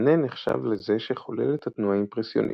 מאנה נחשב לזה שחולל את התנועה האימפרסיוניסטית,